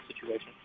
situation